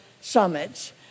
summits